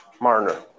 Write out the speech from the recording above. Marner